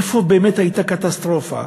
איפה באמת הייתה קטסטרופה,